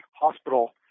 Hospital